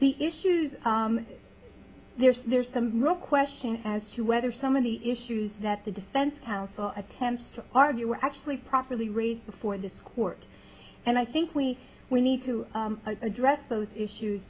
the issues there so there's some real question as to whether some of the issues that the defense counsel attempts to argue were actually properly raised before this court and i think we we need to address those issues